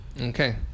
Okay